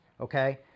Okay